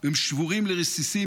הם שבורים לרסיסים.